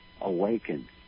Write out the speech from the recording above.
awaken